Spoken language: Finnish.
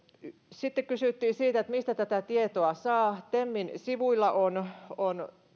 sitten kysyttiin siitä että mistä tätä tietoa saa temin sivuilla on on